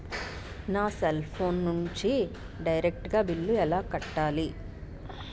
నా cell phone నుంచి direct గా బిల్లు ఎలా కట్టాలి?